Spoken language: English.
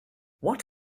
what